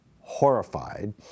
horrified